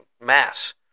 mass